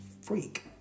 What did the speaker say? freak